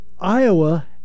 Iowa